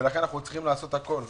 ולכן אנחנו צריכים לעשות הכול,